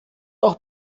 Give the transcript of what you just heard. auch